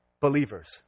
believers